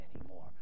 anymore